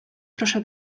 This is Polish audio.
proszę